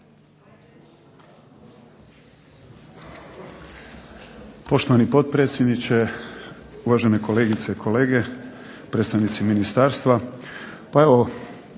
Poštovani potpredsjedniče, uvaženi kolegice i kolege, predstavnici ministarstva. Pa evo